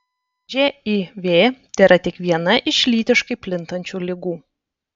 živ tėra tik viena iš lytiškai plintančių ligų